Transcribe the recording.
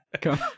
Come